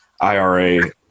IRA